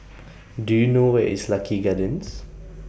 Do YOU know Where IS Lucky Gardens